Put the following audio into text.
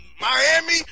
Miami